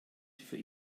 für